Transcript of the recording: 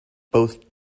both